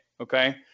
okay